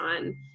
on